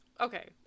Okay